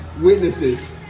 witnesses